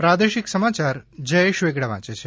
પ્રાદેશિક સમાચાર જયેશ વેગડા વાંચે છે